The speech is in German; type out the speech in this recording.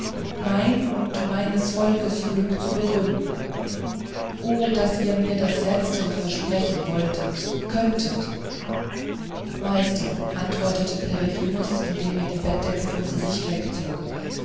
mein und meines volkes glück zu begründen o daß ihr mir das letztere versprechen wolltet könntet meister antwortete herr peregrinus indem er die bettdecke vom gesichte wegzog